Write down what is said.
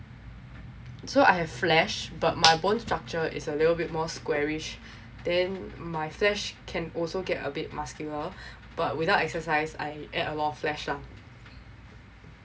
so I have flesh but my bone structure is a little bit more squarish then my flesh can also get a bit muscular but without exercise I add a lot of flesh lah